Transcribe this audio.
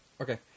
okay